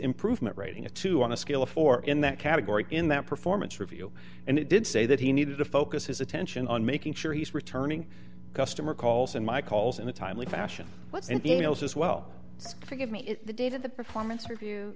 improvement writing a two on a scale of four in that category in that performance review and it did say that he needed to focus his attention on making sure he's returning customer calls and my calls in a timely fashion what's and details as well so forgive me if the david the performance review